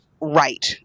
right